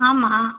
ஆமாம்